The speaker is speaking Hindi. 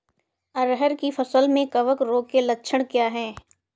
अरहर की फसल में कवक रोग के लक्षण क्या है?